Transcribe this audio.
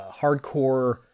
hardcore